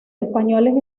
españoles